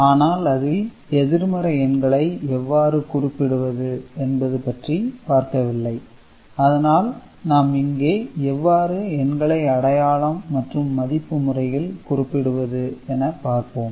ஆனால் அதில் எதிர்மறை எண்களை எவ்வாறு குறிப்பிடுவது என்பது பற்றி பார்க்கவில்லை அதனால் நாம் இங்கே எவ்வாறு எண்களை அடையாளம் மற்றும் மதிப்பு முறையில் குறிப்பிடுவது என பார்ப்போம்